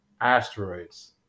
asteroids